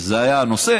שזה היה הנושא,